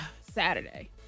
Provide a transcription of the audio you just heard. Saturday